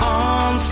on